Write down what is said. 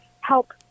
help